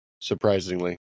Surprisingly